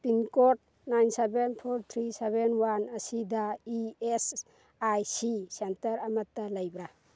pin code nine seven four three seven one ꯑꯁꯤꯗ E S I C centre ꯑꯃꯇ ꯂꯩꯕ꯭ꯔꯥ